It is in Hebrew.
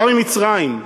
בא ממצרים.